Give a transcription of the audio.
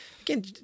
again